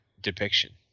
depiction